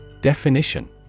Definition